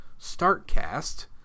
Startcast